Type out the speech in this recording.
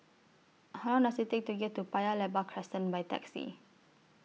How Long Does IT Take to get to Paya Lebar Crescent By Taxi